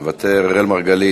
מוותר, אראל מרגלית,